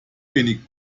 wenig